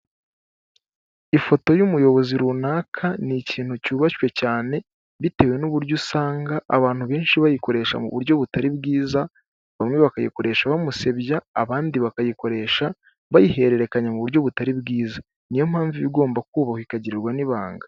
Ifoto y'umuyobozi runaka ni ikintu cyubashywe cyane bitewe n'uburyo usanga abantu benshi bayikoresha mu buryo butari bwiza bamwe bakayikoresha bamusebya, abandi bakayikoresha bayihererekanya mu buryo butari bwiza, niyo mpamvu iba igomba kubahwa ikagirirwa n'ibanga.